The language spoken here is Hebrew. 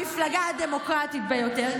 המפלגה הדמוקרטית ביותר.